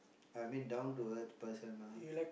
I mean down to earth person ah